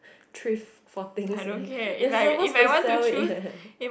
thrift for things and you are supposed to sell it eh